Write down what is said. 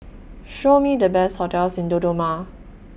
Show Me The Best hotels in Dodoma